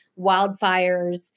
wildfires